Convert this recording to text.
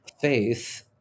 faith